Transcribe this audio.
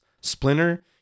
splinter